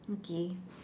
okay